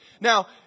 Now